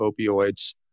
opioids